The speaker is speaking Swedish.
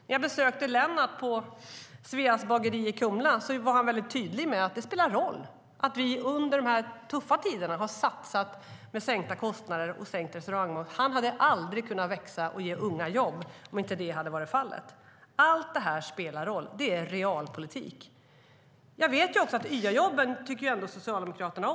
När jag besökte Lennart på Sveas bageri i Kumla var han tydlig med att det spelar roll att vi under de här tuffa tiderna har satsat med sänkta kostnader och sänkt restaurangmoms. Han hade aldrig kunnat växa och ge unga jobb om inte det hade varit fallet. Allt detta spelar roll. Det är realpolitik. Jag vet också att Socialdemokraterna tycker om YA-jobben.